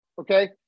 Okay